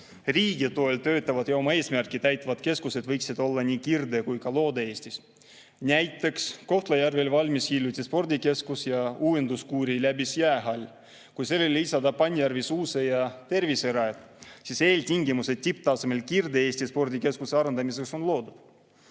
riigi toel töötavad ja oma eesmärki täitvad keskused võiksid olla ka Kirde- ja Loode-Eestis. Näiteks Kohtla-Järvel valmis hiljuti spordikeskus ja uuenduskuuri läbis jäähall. Kui sellele lisada Pannjärve suusa‑ ja terviserajad, siis eeltingimused tipptasemel Kirde-Eesti spordikeskuse arendamiseks on loodud. Mul